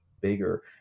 bigger